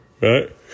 Right